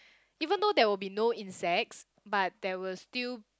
even though there will be no insects but there will still